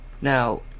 Now